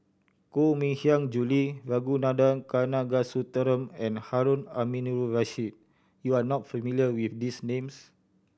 Koh Mui Hiang Julie Ragunathar Kanagasuntheram and Harun Aminurrashid you are not familiar with these names